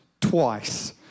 twice